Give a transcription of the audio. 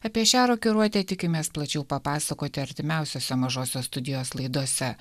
apie šią rokiruotę tikimės plačiau papasakoti artimiausiuose mažosios studijos laidose